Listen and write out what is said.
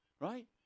Right